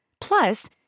Plus